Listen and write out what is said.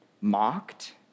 mocked